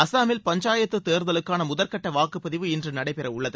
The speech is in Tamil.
அசாமில் பஞ்சாயத்து தேர்தலுக்கான முதல்கட்ட வாக்குப் பதிவு இன்று நடைபெறவுள்ளது